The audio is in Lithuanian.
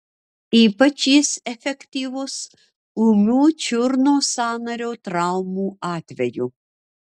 ypač jis efektyvus ūmių čiurnos sąnario traumų atveju